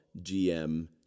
GM